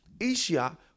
Asia